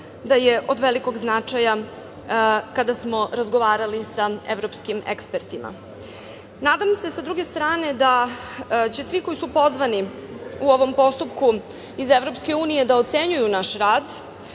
da je od velikog značaja kada smo razgovarali sa evropskim ekspertima. Nadam se, sa druge strane, da će svi koji su pozvani u ovom postupku iz EU da ocenjuju naš rad,